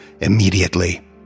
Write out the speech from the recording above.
immediately